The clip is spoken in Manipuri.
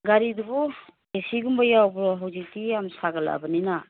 ꯒꯥꯔꯤꯗꯨꯕꯨ ꯑꯦ ꯁꯤꯒꯨꯝꯕ ꯌꯥꯎꯕ꯭ꯔꯣ ꯍꯧꯖꯤꯛꯇꯤ ꯌꯥꯝ ꯁꯥꯒꯠꯂꯛꯑꯕꯅꯤꯅ